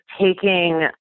taking